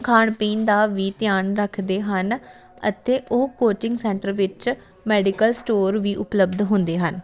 ਖਾਣ ਪੀਣ ਦਾ ਵੀ ਧਿਆਨ ਰੱਖਦੇ ਹਨ ਅਤੇ ਉਹ ਕੋਚਿੰਗ ਸੈਂਟਰ ਵਿੱਚ ਮੈਡੀਕਲ ਸਟੋਰ ਵੀ ਉਪਲੱਬਧ ਹੁੰਦੇ ਹਨ